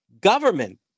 government